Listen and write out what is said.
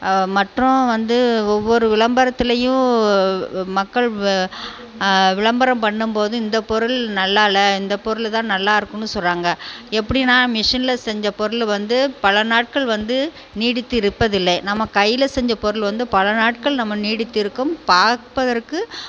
மற்றும் வந்து ஒவ்வொரு விளம்பரத்திலையும் மக்கள் வ விளம்பரம் பண்ணும்போது இந்த பொருள் நல்லால்லை இந்த பொருள்தான் நல்லாயிருக்கும்னு சொல்கிறாங்க எப்படினா மிஷினில் செஞ்ச பொருள் வந்து பலநாட்கள் வந்து நீடித்து இருப்பதில்லை நம் கையில் செஞ்ச பொருள் வந்து பல நாட்கள் நம்ம நீடித்திருக்கும் பார்ப்பதற்கு